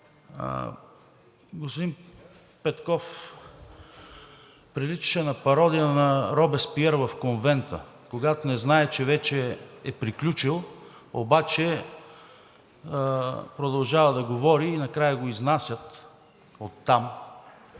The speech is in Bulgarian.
Господин Петков, приличаше на пародия на Робеспиер в Конвента, когато не знае, че вече е приключил, обаче продължава да говори и накрая го изнасят оттам,